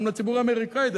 גם לציבור האמריקני,